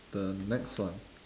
the next one